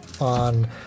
on